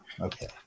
Okay